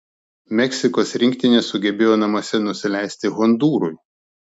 meksikos rinktinė sugebėjo namuose nusileisti hondūrui